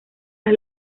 las